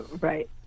Right